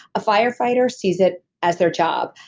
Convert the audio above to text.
a firefighter sees it as their job.